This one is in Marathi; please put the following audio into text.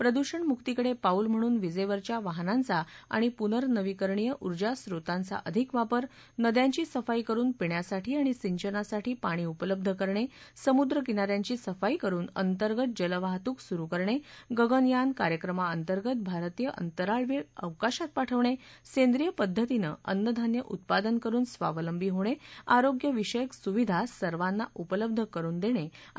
प्रदूषणमुक्तीकडे पाऊल म्हणून वीजेवरच्या वाहनांचा आणि पुनर्रनवीकरणीय ऊर्जा स्रोतांचा अधिक वापर नद्यांची सफाई करुन पिण्यासाठी आणि सिंचनासाठी पाणी उपलब्ध करणे समुद्र किना यांची सफाई करुन अंतर्गत जलवाहतूक सुरु करणे गगनयान कार्यक्रमाअंतर्गत भारतीय अंतराळवीर अवकाशात पाठवणे सेंद्रिय पद्धतीनं अन्नधान्य उत्पादन करुन स्वावलंबी होणे आरोग्य विषयक सुविधा सर्वांना उपलब्ध करुन देणे आणि